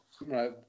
Right